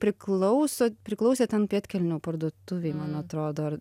priklauso priklausė ten pėdkelnių parduotuvei man atrodo ar